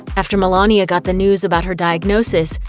after melania got the news about her diagnosis,